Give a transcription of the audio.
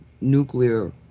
nuclear